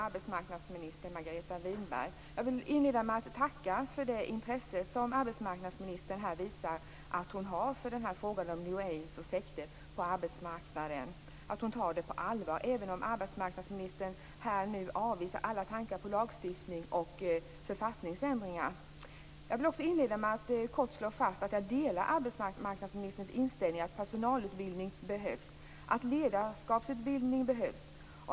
Winberg! Jag vill inleda med att tacka för det intresse arbetsmarknadsministern visar för frågorna om new age och sekter på arbetsmarknaden. Hon tar frågorna på allvar, även om arbetsmarknadsministern här avvisar alla tankar på lagstiftning och författningsändringar. Jag vill också inleda med att slå fast att jag delar arbetsmarknadsministerns inställning att personal och ledarskapsutbildning behövs.